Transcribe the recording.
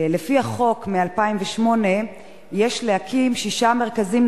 לפי החוק מ-2008 יש להקים שישה מרכזים